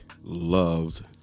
loved